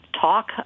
talk